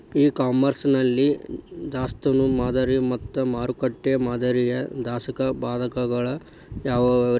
E commerce ನಲ್ಲಿ ದಾಸ್ತಾನು ಮಾದರಿ ಮತ್ತ ಮಾರುಕಟ್ಟೆ ಮಾದರಿಯ ಸಾಧಕ ಬಾಧಕಗಳ ಯಾವವುರೇ?